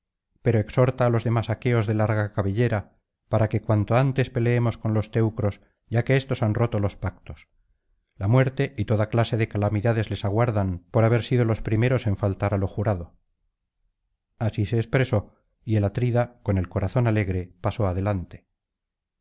pero exhorta á los demás aqueos de larga cabellera para que cuanto antes peleemos con los teucros ya que éstos han roto los pactos la muerte y toda clase de calamidades les aguardan por haber sido los primeros en faltar á lo jurado así se expresó y el atrida con el corazón alegre pasó adelante